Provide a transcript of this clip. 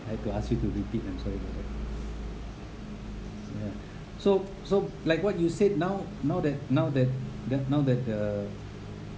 I have to ask you to repeat them sorry so so like what you said now now that now that that now that the